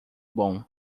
bom